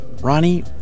Ronnie